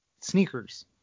sneakers